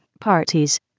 parties